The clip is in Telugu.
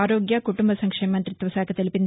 ఆరోగ్య కుటుంబ సంక్షేమ మంతిత్వశాఖ తెలిపింది